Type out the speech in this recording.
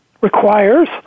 requires